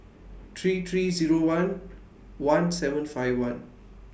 three three Zero one one seven five one